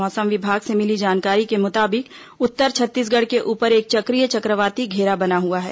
मौसम विभाग से मिली जानकारी के मुताबिक उत्तर छत्तीसगढ़ के ऊपर एक चक्रीय चक्रवाती घेरा बना हुआ है